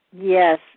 Yes